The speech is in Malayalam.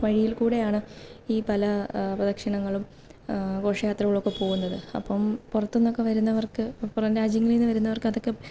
വഴിയിൽക്കൂടെയാണ് ഈ പല പ്രദക്ഷിണങ്ങളും ഘോഷയാത്രകളൊക്കെ പോകുന്നത് അപ്പോള് പുറത്തുനിന്നൊക്കെ വരുന്നവർക്ക് പുറംരാജ്യങ്ങളില്നിന്ന് വരുന്നവർക്കതൊക്കെ